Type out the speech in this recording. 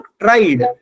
tried